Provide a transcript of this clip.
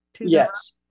Yes